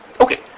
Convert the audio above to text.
Okay